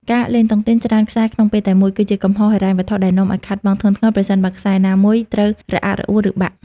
ការលេងតុងទីនច្រើនខ្សែក្នុងពេលតែមួយ គឺជាកំហុសហិរញ្ញវត្ថុដែលនាំឱ្យខាតបង់ធ្ងន់ធ្ងរ ប្រសិនបើខ្សែណាមួយត្រូវរអាក់រអួល ឬបាក់។